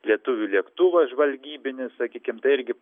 lietuvių lėktuvas žvalgybinis sakykim tai irgi